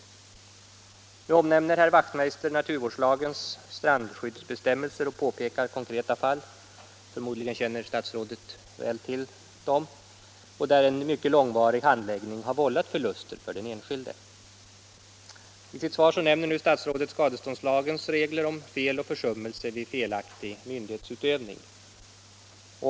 Herr Wachtmeister i Johannishus omnämner naturvårdslagens strandskyddsbestämmelser och pekar på konkreta fall — förmodligen känner statsrådet väl till dem — där en mycket långvarig handläggning har vållat förluster för den enskilde. I sitt svar nämner statsrådet skadeståndslagens regler om fel och försummelse vid myndighetsutövning.